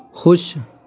خوش